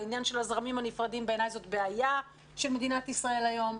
עניין הזרמים הנפרדים הוא בעיניי בעיה של מדינת ישראל היום.